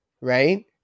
right